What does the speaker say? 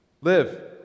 Live